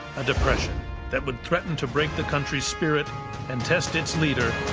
a depression that would threaten to break the country's spirit and test its leader